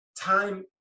Time